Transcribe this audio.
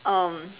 um